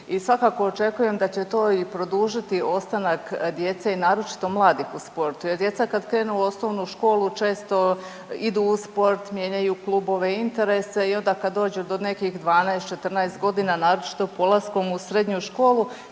i svakako očekujem da će to i produžiti ostanak djece i naročito mladih u sportu jer djeca kad krenu u osnovnu školu često idu u sport, mijenjaju klubove, interese i kad dođu do nekih 12-14.g. naročito polaskom u srednju školu